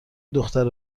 دختر